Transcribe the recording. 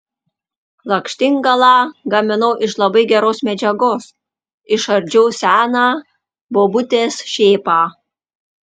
lakštingalą gaminau iš labai geros medžiagos išardžiau seną bobutės šėpą